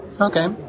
Okay